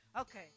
Okay